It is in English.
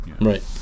Right